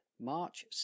March